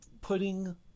putting